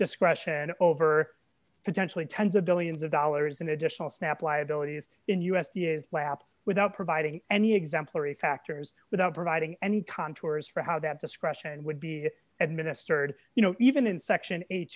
discretion over potentially tens of billions of dollars in additional snap liabilities in us years lap without providing any exemplary factors without providing any contours for how that discretion would be administered you know even in section eight